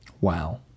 Wow